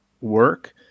work